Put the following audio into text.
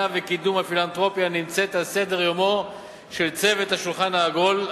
וקידום הפילנתרופיה נמצאת על סדר-יומו של צוות השולחן העגול,